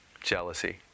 jealousy